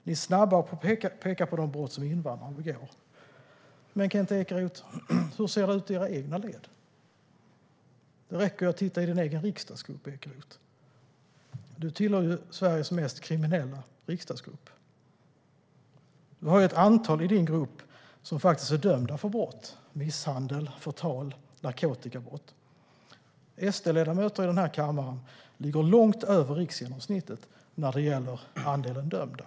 Ni är snabba att peka på de brott som invandrare begår. Men, Kent Ekeroth, hur ser det ut i era egna led? Det räcker med att titta i din egen riksdagsgrupp. Du tillhör Sveriges mest kriminella riksdagsgrupp. Det finns ett antal i din grupp som är dömda för brott: misshandel, förtal och narkotikabrott. SD-ledamöter i den här kammaren ligger långt över riksgenomsnittet när det gäller andelen dömda.